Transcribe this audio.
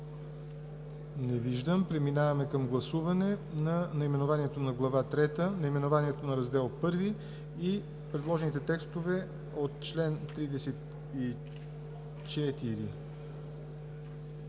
Не виждам. Преминаваме към гласуване на наименованието на Глава трета, наименованието на Раздел I, и предложените текстове за чл. 34.